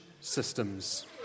systems